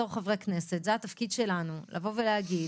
בתור חברי כנסת זה התפקיד שלנו לבוא ולהגיד